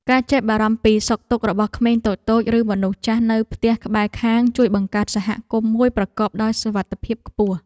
ការចេះបារម្ភពីសុខទុក្ខរបស់ក្មេងតូចៗឬមនុស្សចាស់នៅផ្ទះក្បែរខាងជួយបង្កើតសហគមន៍មួយប្រកបដោយសុវត្ថិភាពខ្ពស់។